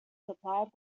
supplied